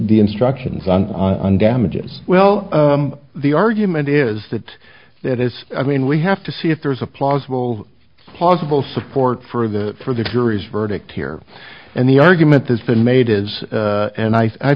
the instructions on on damages well the argument is that that is i mean we have to see if there's a plausible plausible support for the for the jury's verdict here and the argument that's been made is and i